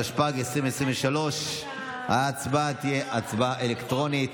התשפ"ג 2023. ההצבעה תהיה הצבעה אלקטרונית.